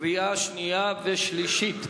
קריאה שנייה וקריאה שלישית.